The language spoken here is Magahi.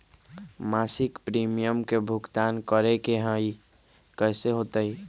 मासिक प्रीमियम के भुगतान करे के हई कैसे होतई?